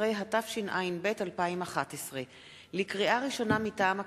על שולחן הכנסת, לקריאה ראשונה, מטעם הממשלה: